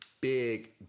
big